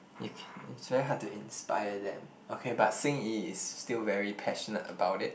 if it's very hard to inspire them okay but Xing-Yi is still very passionate about it